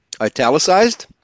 italicized